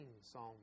Psalm